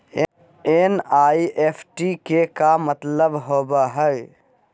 NEFT के का मतलव होव हई?